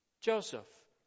Joseph